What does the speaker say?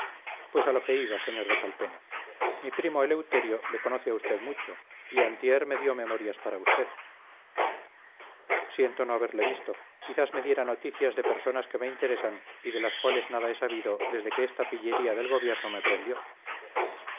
pues a lo que iba sr de calpena mi primo eleuterio le conoce a usted mucho yantier me dio memorias para usted siento no haberle visto quizás me diera noticias de personas que me interesan y de las cuales nada he sabido desde que esta pillería del gobierno me prendió